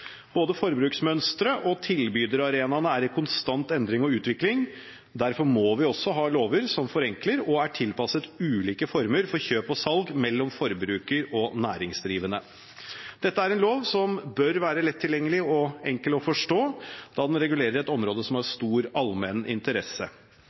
Både forbruksmønsteret og tilbyderarenaene er i konstant endring og utvikling. Derfor må vi ha lover som forenkler og er tilpasset ulike former for kjøp og salg mellom forbruker og næringsdrivende. Dette er en lov som bør være lett tilgjengelig og enkel å forstå, da den regulerer et område som har